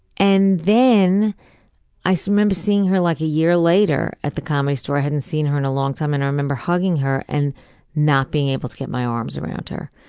and then i so remember seeing her like a year later at the comedy store, i hadn't seen her in a long time, and i remember hugging her and not being able to get my arms around her.